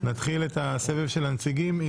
נתחיל את סבב הנציגים.